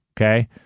Okay